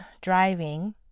driving